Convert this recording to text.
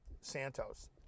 Santos